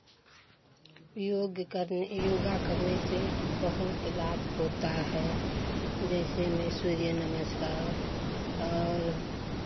योग करने योगा करने से बहुत लाभ होता है जैसे में सूर्य नमस्कार और